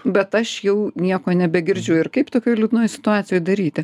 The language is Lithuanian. bet aš jau nieko nebegirdžiu ir kaip tokioj liūdnoj situacijoj daryti